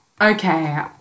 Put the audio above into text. Okay